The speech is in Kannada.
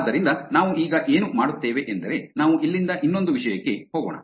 ಆದ್ದರಿಂದ ನಾವು ಈಗ ಏನು ಮಾಡುತ್ತೇವೆ ಎಂದರೆ ನಾವು ಇಲ್ಲಿಂದ ಇನ್ನೊಂದು ವಿಷಯಕ್ಕೆ ಹೋಗೋಣ